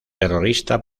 terrorista